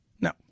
No